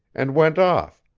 and went off,